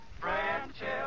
Friendship